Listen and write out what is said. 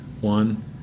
One